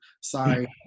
Sorry